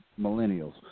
millennials